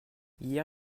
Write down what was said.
hier